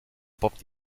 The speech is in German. poppt